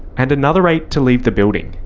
and another eight to leave the building.